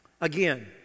again